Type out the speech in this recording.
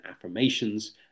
affirmations